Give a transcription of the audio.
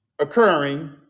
occurring